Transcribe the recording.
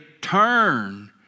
turn